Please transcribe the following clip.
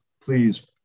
please